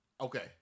Okay